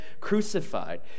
crucified